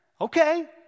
Okay